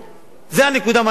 זה הנקודה, מה אנחנו עושים.